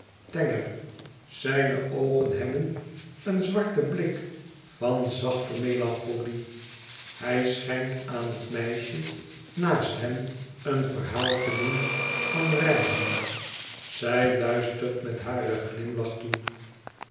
tenger zijne oogen hebben een zwarten blik van zachte melancholie hij schijnt aan het meisje naast hem een verhaal te doen van reizen zij luistert met haren glimlach toe